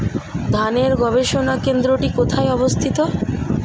ধানের গবষণা কেন্দ্রটি কোথায় অবস্থিত?